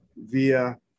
via